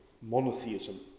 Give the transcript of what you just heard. monotheism